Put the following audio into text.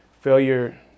failure